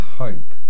hope